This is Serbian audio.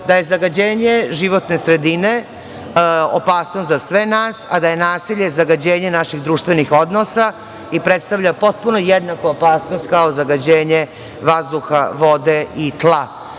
da je zagađenje životne sredine opasnost za sve nas, a da je nasilje zagađenje naših društvenih odnosa i predstavlja potpuno jednaku opasnost kao zagađenje vazduha, vode i tla